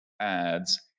ads